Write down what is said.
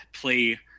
play